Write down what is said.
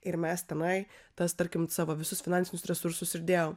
ir mes tenai tas tarkim savo visus finansinius resursus ir dėjom